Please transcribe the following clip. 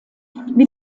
wie